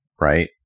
right